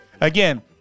Again